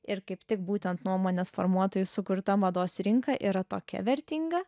ir kaip tik būtent nuomonės formuotojų sukurta mados rinka yra tokia vertinga